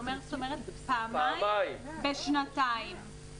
"יותר מפעם אחת" זה אומר פעמיים בשנתיים.